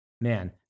Man